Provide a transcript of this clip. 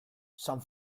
san